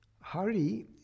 Hari